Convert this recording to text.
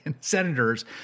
senators